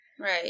Right